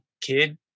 kid